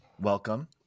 Welcome